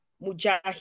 Mujahid